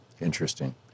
Interesting